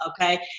Okay